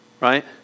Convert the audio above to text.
right